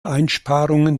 einsparungen